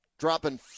dropping